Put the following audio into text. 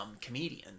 comedian